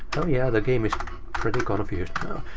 oh yeah, the game is pretty confused now.